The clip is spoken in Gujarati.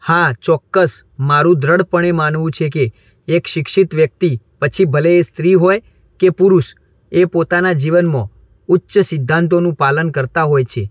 હા ચોક્કસ મારું દૃઢપણે માનવું છે કે એક શિક્ષિત વ્યક્તિ પછી ભલે એ સ્ત્રી હોય કે પુરુષ એ પોતાનાં જીવનમાં ઉચ્ચ સિદ્ધાંતોનું પાલન કરતા હોય છે